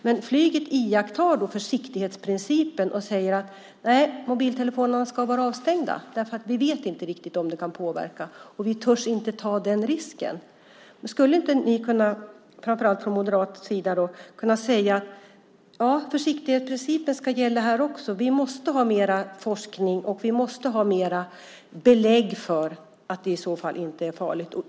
Men flyget iakttar försiktighetsprincipen och säger: Mobiltelefonerna ska vara avstängda, för vi vet inte riktigt om det kan påverka och vi törs inte ta den risken. Skulle inte framför allt ni moderater kunna säga att försiktighetsprincipen ska gälla här också? Vi måste ha mer forskning och mer belägg för att det inte är farligt.